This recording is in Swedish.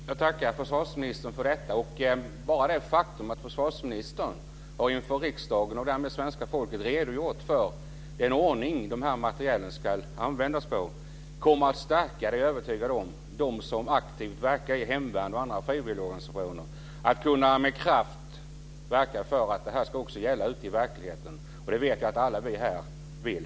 Fru talman! Jag tackar försvarsministern för detta. Bara det faktum att försvarsministern inför riksdagen och därmed svenska folket har redogjort för den ordning som denna materiel ska användas på kommer - det är jag övertygad om - att stärka dem som aktivt verkar i hemvärnet och i andra frivilligorganisationer att med kraft kunna verka för att detta även ska gälla ute i verkligheten. Och det vet jag att vi alla här vill.